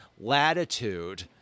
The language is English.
latitude